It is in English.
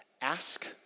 ask